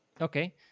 Okay